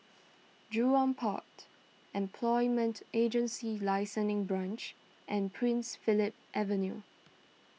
Jurong Port Employment Agency Licensing Branch and Prince Philip Avenue